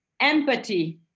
Empathy